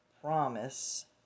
promise